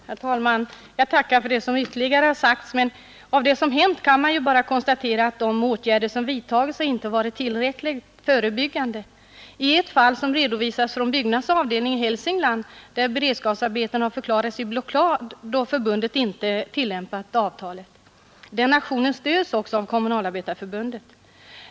Herr talman! Jag tackar för det som ytterligare har sagts. Men efter det som hänt kan man ju bara konstatera att de åtgärder som vidtagits inte har varit tillräckligt förebyggande. I ett fall, som redovisas från Byggnads avdelning i Hälsingland, har beredskapsarbetena förklarats i blockad då man inte tillämpat byggnadsarbetarnas avtal. Den aktionen stöds också av Kommunalarbetareförbundet.